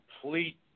complete